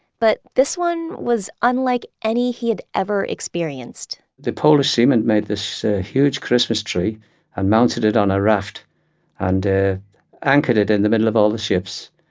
but this one was unlike any he had ever experienced the polish seamen made this ah huge christmas tree and mounted it on a raft and anchored it in the middle of all the ships.